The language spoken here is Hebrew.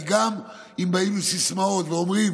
כי גם אם באים עם סיסמאות ואומרים,